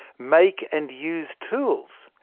make and use tools,